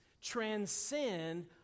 transcend